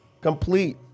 Complete